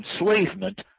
enslavement